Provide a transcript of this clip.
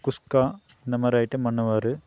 குஷ்கா இந்தமாதிரி ஐட்டம் பண்ணுவார்